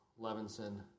Levinson